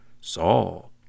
Saul